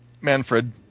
Manfred